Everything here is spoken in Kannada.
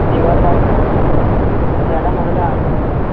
ನೀವು ಇವಾಗ ಕಾಲ್ ಮಾಡಿ ಹೇಳ್ತಾ ಇದ್ದೀರ ನಮಗೆಲ್ಲ ಮೊದಲೇ ಆರ್ಡ್ರು ಬಂದಿವೆ